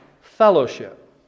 fellowship